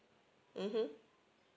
mmhmm